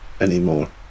anymore